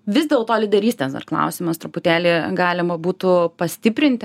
vis dėlto lyderystės dar klausimas truputėlį galima būtų pastiprinti